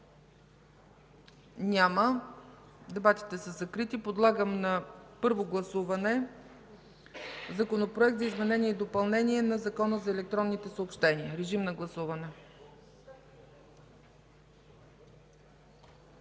Няма. Дебатите са закрити. Подлагам на първо гласуване Законопроекта за изменение и допълнение на Закона за електронните съобщения. Гласували